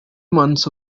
months